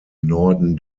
norden